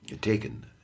taken